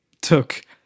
took